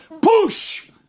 push